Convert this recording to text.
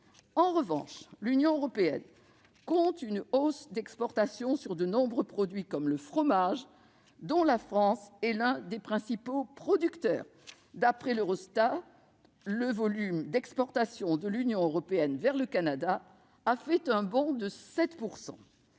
En revanche, l'Union enregistre une hausse des exportations de nombreux produits, comme le fromage, dont la France est l'un des principaux producteurs. D'après Eurostat, le volume d'exportation de l'Union européenne vers le Canada a fait un bond de 7 %.